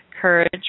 Courage